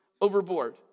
overboard